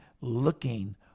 looking